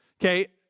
Okay